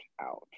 out